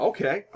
Okay